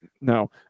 no